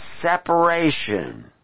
separation